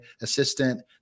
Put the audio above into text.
assistant